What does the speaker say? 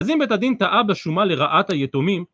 אז אם בית הדין טעה בשומה לרעת היתומים